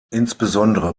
insbesondere